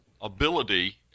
ability